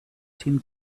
tim